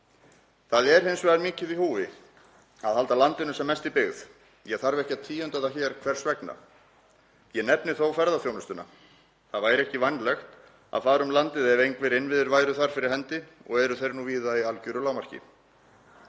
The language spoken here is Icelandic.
Það er hins vegar mikið í húfi að halda landinu sem mest í byggð. Ég þarf ekki að tíunda það hér hvers vegna. Ég nefni þó ferðaþjónustuna. Það væri ekki vænlegt að fara um landið ef engir innviðir væru þar fyrir hendi og eru þeir nú víða í algeru lágmarki.